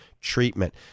treatment